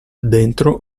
dentro